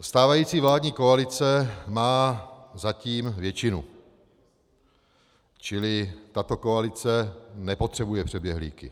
Stávající vládní koalice má zatím většinu, čili tato koalice nepotřebuje přeběhlíky.